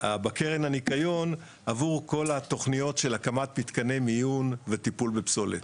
בקרן הניקיון עבור כל התוכניות של הקמת מתקני מיון וטיפול בפסולת.